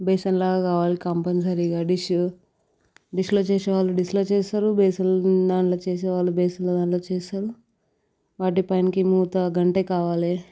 basin లాగా కావాలి కంపల్సరిగా డిష్ డిష్లో చేసేవాళ్ళు డిష్లో చేస్తారు బేసిన్లో దాంట్లో చేసేవాళ్ళు బేసిన్లో దాంట్లో చేస్తారు వాటికి పైనకి మూత గంటె కావాలి